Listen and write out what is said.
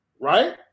right